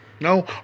No